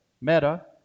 meta